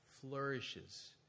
flourishes